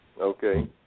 Okay